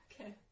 Okay